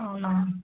అవునా